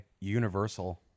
Universal